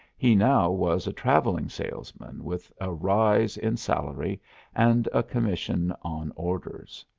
he now was a travelling salesman, with a rise in salary and a commission on orders.